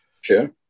sure